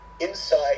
inside